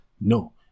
No